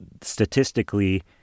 statistically